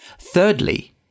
Thirdly